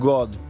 God